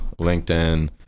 LinkedIn